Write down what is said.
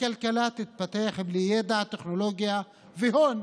הכלכלה תתפתח בלי ידע, טכנולוגיה והון?